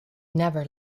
never